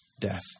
death